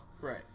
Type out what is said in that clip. Right